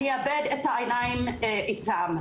אני אאבד את העיניים איתם.